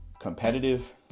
competitive